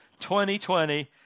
2020